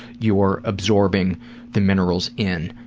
you're absorbing the minerals in.